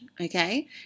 Okay